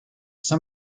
some